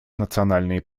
национальные